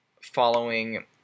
following